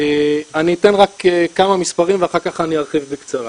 אני אתן רק כמה מספרים ואחר כך אני ארחיב בקצרה.